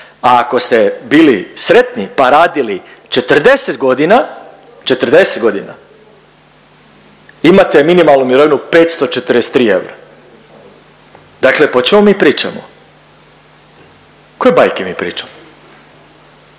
a ako ste bili sretni pa radili 40 godina, 40 godina imate minimalnu mirovinu 543 eura. Dakle, pa o čemu mi pričamo? Koje bajke mi pričamo?